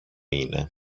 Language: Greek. είναι